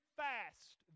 fast